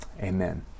Amen